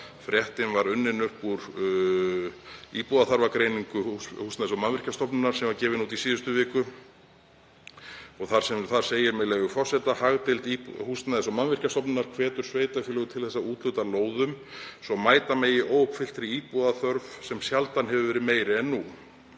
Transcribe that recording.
Fréttin var unnin upp úr íbúðaþarfagreiningu Húsnæðis- og mannvirkjastofnunar sem var gefin út í síðustu viku. Þar segir, með leyfi forseta: „Hagdeild Húsnæðis- og mannvirkjastofnunar hvetur sveitarfélög til þess að úthluta lóðum svo mæta megi óuppfylltri íbúðaþörf sem sjaldan hefur verið meiri en nú.“